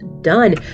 done